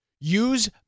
Use